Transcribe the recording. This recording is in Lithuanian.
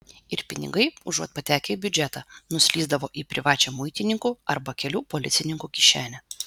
ir pinigai užuot patekę į biudžetą nuslysdavo į privačią muitininkų arba kelių policininkų kišenę